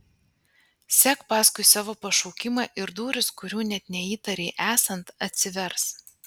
sek paskui savo pašaukimą ir durys kurių net neįtarei esant atsivers